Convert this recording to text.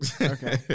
Okay